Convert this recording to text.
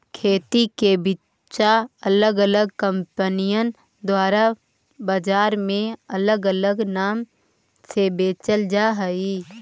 खेती के बिचा अलग अलग कंपनिअन द्वारा बजार में अलग अलग नाम से बेचल जा हई